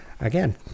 again